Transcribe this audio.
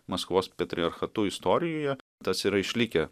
maskvos patriarchatu istorijoje tas yra išlikę